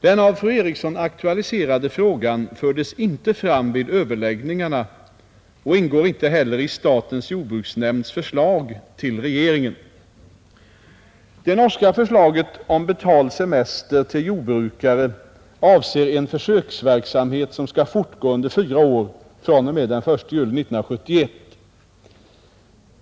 Den av fru Eriksson aktualiserade frågan fördes inte fram vid överläggningarna och ingår inte heller i statens jordbruksnämnds förslag till regeringen. Det norska förslaget om betald semester till jordbrukare avser en försöksverksamhet som skall fortgå under fyra år från 1 juli 1971.